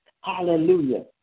hallelujah